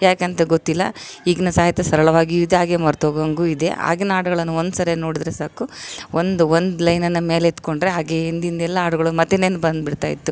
ಯಾಕಂತ ಗೊತ್ತಿಲ್ಲ ಈಗಿನ ಸಾಹಿತ್ಯ ಸರಳವಾಗಿ ಇದೆ ಹಾಗೆ ಮರ್ತೊಗೋವಂಗು ಇದೆ ಆಗಿನ ಹಾಡುಗಳನ್ನು ಒಂದು ಸರಿ ನೋಡಿದರೆ ಸಾಕು ಒಂದು ಒಂದು ಲೈನ್ನನ್ನು ಮೇಲೆ ಎತ್ಕೊಂಡರೆ ಹಾಗೇ ಹಿಂದಿಂದೆಲ್ಲಾ ಹಾಡುಗಳು ಮತ್ತು ನೆನ್ಪು ಬಂದುಬಿಡ್ತಾಯಿತ್ತು